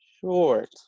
short